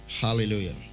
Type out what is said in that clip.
Hallelujah